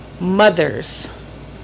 mothers